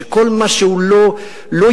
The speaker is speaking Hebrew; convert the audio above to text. שכל מה שהוא לא יהודי,